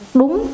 đúng